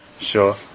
Sure